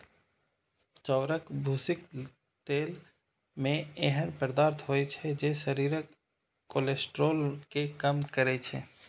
चाउरक भूसीक तेल मे एहन पदार्थ होइ छै, जे शरीरक कोलेस्ट्रॉल कें कम करै छै